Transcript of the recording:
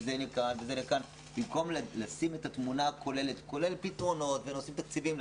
ולכאן לכאן במקום לשים את התמונה הכוללת כולל פתרונות נושאים תקציבים,